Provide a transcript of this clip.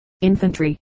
infantry